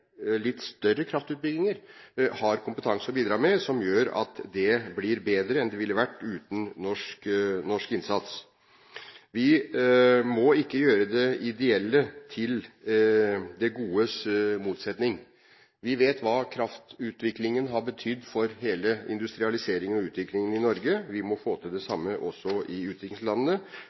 litt større kraftutbygginger har kompetanse å bidra med som gjør at det blir bedre enn det ville vært uten norsk innsats. Vi må ikke gjøre det ideelle til det godes motsetning. Vi vet hva kraftutviklingen har betydd for hele industrialiseringen og utviklingen i Norge. Vi må få til det samme også i utviklingslandene.